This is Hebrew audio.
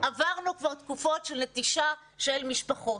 עברנו כבר תקופות של נטישה של משפחות.